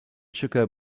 chukka